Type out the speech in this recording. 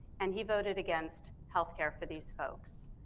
and he voted against healthcare for these folks.